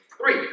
Three